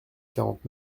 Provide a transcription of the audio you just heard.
quarante